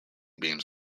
beams